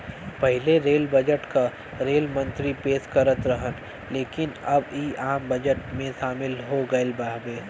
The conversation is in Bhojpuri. पहिले रेल बजट क रेल मंत्री पेश करत रहन लेकिन अब इ आम बजट में शामिल हो गयल हउवे